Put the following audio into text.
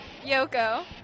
Yoko